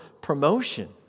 promotion